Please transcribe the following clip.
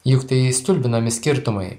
juk tai stulbinami skirtumai